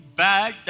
bad